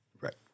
right